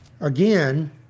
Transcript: Again